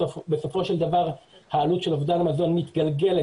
בסופו של דבר העלות של אובדן המזון מתגלגלת